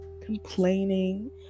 complaining